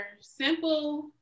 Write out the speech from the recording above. Simple